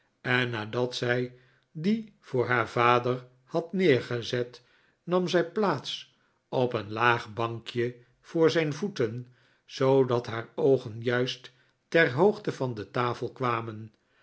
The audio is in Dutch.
en nadat zij dien voor haar vader had neergezet nam zij plaats op een laag bankje voor zijn voeten zoodat haar oogen juist ter hoogte van de tafel kwamen